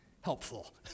helpful